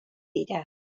dira